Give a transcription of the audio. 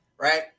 right